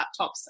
laptops